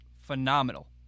phenomenal